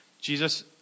Jesus